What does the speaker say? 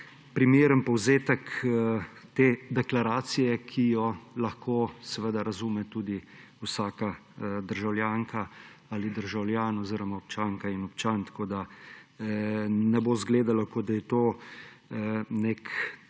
primeren povzetek te deklaracije, ki jo lahko seveda razume tudi vsaka državljanka ali državljan oziroma občanka in občan. Da ne bo izgledalo, kot da je to nek